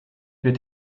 wird